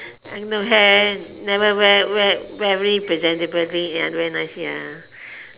then the hair never wear wear very presentably ya wear nice ya